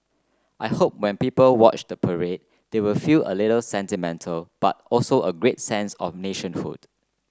I hope when people watch the parade they will feel a little sentimental but also a great sense of nationhood